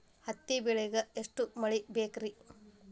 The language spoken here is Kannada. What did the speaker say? ಹತ್ತಿ ಬೆಳಿಗ ಎಷ್ಟ ಮಳಿ ಬೇಕ್ ರಿ?